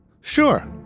Sure